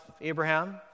Abraham